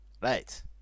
Right